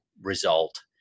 result